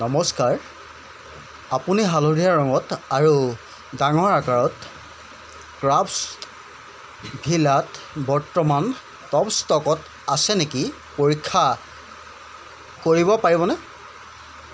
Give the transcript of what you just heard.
নমস্কাৰ আপুনি হালধীয়া ৰঙত আৰু ডাঙৰ আকাৰত ক্ৰাফ্টছভিলাত বৰ্তমান টপ ষ্টকত আছে নেকি পৰীক্ষা কৰিব পাৰিবনে